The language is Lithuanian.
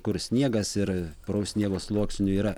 kur sniegas ir puraus sniego sluoksnių yra